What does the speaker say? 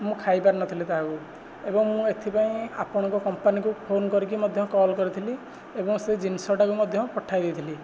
ମୁଁ ଖାଇପାରିନଥିଲି ତାହାକୁ ଏବଂ ମୁଁ ଏଥିପାଇଁ ଆପଣଙ୍କ କମ୍ପାନୀକୁ ଫୋନ୍ କରିକି ମଧ୍ୟ କଲ୍ କରିଥିଲି ଏବଂ ସେ ଜିନିଷଟାକୁ ମଧ୍ୟ ପଠାଇଦେଇଥିଲି